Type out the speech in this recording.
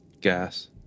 gas